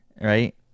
Right